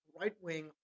right-wing